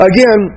Again